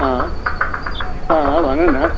भन न